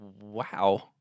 wow